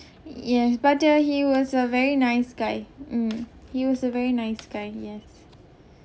yes but uh he was a very nice guy mm he was a very nice guy yes